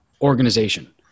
organization